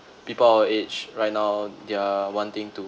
people our age right now they're wanting to